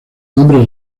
nombre